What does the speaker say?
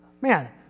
Man